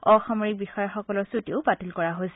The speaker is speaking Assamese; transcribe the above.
অসামৰিক বিষয়াসকলৰ ছুটীও বাতিল কৰা হৈছে